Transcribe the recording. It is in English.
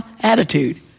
attitude